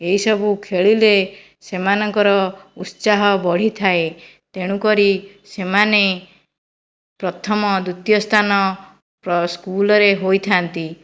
ଏଇସବୁ ଖେଳିଲେ ସେମାନଙ୍କର ଉତ୍ସାହ ବଢ଼ିଥାଏ ତେଣୁକରି ସେମାନେ ପ୍ରଥମ ଦ୍ଵିତୀୟ ସ୍ଥାନ ସ୍କୁଲ୍ ରେ ହୋଇଥାନ୍ତି